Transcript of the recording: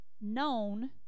known